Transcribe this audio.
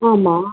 ஆமாம்